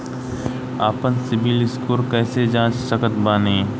आपन सीबील स्कोर कैसे जांच सकत बानी?